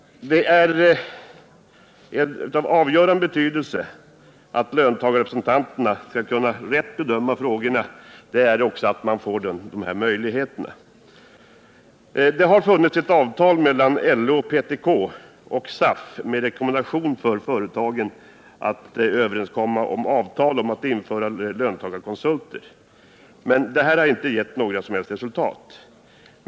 Det är av avgörande betydelse att löntagarrepresentanterna — för att kunna bedöma frågorna — också får samma möjligheter som andra styrelseledamöter. Det har funnits ett avtal mellan å ena sidan LO och PTK, och å andra sidan SAF, med rekommendation till företagen att träffa avtal om inrättande av löntagarkonsulter, men det har inte gett några som helst resultat.